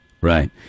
Right